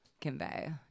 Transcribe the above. convey